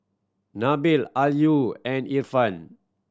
Nabil Ayu and Irfan